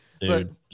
Dude